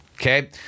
okay